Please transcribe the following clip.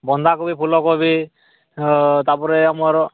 ବନ୍ଧାକୋବି ଫୁଲ କୋବି ତା'ପରେ ଆମର